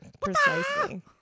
precisely